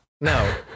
No